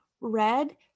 red